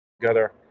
together